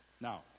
Now